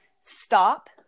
stop